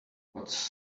was